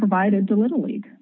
provided to little league